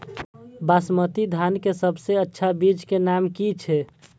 बासमती धान के सबसे अच्छा बीज के नाम की छे?